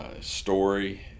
story